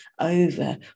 over